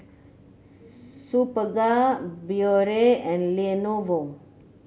Superga Biore and Lenovo